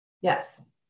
Yes